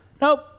Nope